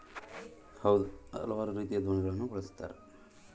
ಸಾಂಪ್ರದಾಯಿಕವಾಗಿ, ಸಮುದ್ರದಗ, ನದಿಗ ಮೀನು ಹಿಡಿಯಾಕ ಹಲವಾರು ರೀತಿಯ ದೋಣಿಗಳನ್ನ ಬಳಸ್ತಾರ